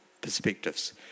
perspectives